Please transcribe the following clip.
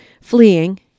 fleeing